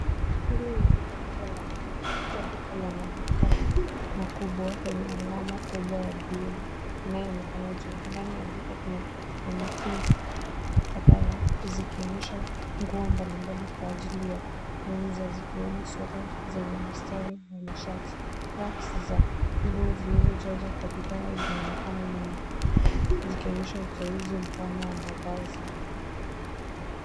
Hili ni duka kubwa la nguo labda duka la maduka makubwa lenye alama kubwa ya buluu inayoonekana juu. Ndani ya duka kuna manekinsi kadhaa zikionyesha nguo mbalimbali kwa ailji ya kuuza zikiwemo sweta zenye mistari na mashati. Racks za nguo zilizojazwa kwa bidhaa zinaonekana nyuma zikionyesha uteuzi mpana wa mavazi.